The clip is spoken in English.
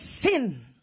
sin